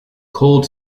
cold